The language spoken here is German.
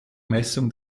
messung